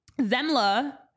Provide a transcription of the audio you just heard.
zemla